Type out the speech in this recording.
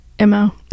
mo